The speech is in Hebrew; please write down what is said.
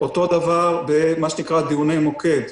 אותו דבר בדיוני מוקד,